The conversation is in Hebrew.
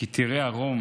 כי תראה ערום